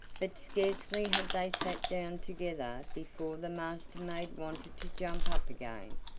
but scarcely had they sat down together before the master-maid wanted to jump up again.